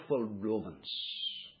Romans